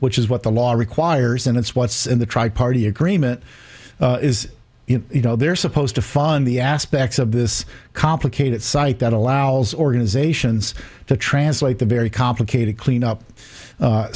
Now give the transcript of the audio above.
which is what the law requires and it's what's in the tri party agreement is you know they're supposed to fund the aspects of this complicated site that allows organizations to translate the very complicated cleanup